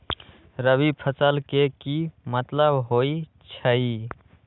रबी फसल के की मतलब होई छई?